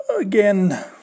again